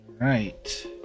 Right